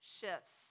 shifts